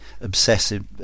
obsessive